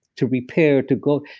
to repair to go.